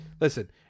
listen